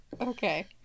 Okay